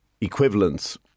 equivalents